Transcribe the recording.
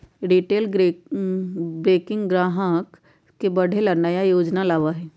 retail banking ग्राहक के बढ़े ला नया योजना लावा हई